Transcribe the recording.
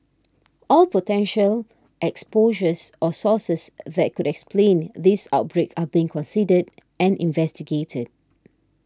all potential exposures or sources that could explain this outbreak are being considered and investigated